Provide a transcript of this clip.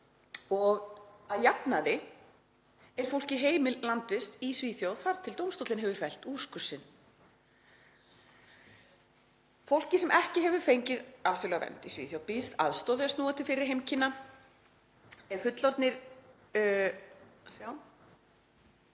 og að jafnaði er fólki heimil landvist í Svíþjóð þar til dómstóllinn hefur fellt úrskurð sinn. Fólki sem ekki hefur fengið alþjóðlega vernd í Svíþjóð býðst aðstoð við að snúa til fyrri heimkynna. Ef fullorðnir